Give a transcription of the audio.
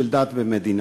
של דת ומדינה.